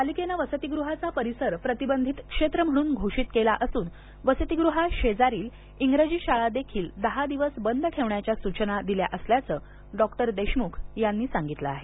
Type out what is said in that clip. पालिकेने वस्तीगृहाचा परिसर प्रतिबंधीत क्षेत्र म्हणून घोषीत केला असून वसतीगृहाशेजारील इंग्रजी शाळादेखील दहा दिवस बंद ठेवण्याच्या सुचना दिल्या असल्याचे डॉ देशमुख यांनी सांगितल आहे